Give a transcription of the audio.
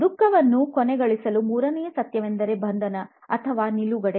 ದುಃಖವನ್ನು ಕೊನೆಗಳಿಸಲು ಮೂರನೆಯ ಸತ್ಯವೆಂದರೆ "ಬಂಧನ" ಅಥವಾ ನಿಲುಗಡೆ